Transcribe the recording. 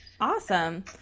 Awesome